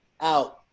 out